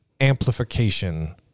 Amplification